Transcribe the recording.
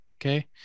okay